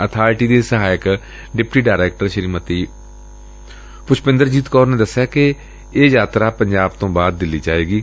authority ਦੀ ਸਹਾਇਕ deputy director Shrimati Pushpinderjit Kaur ਦੇ ਦਸਿਆ ਕਿ ਇਹ ਯਾਤਰਾ ਪੰਜਾਬ ਤੋਂ ਬਾਅਦ ਦਿੱਲੀ ਜਾਏਗੀ